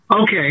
okay